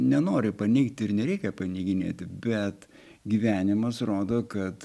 nenori paneigti ir nereikia paneiginėti bet gyvenimas rodo kad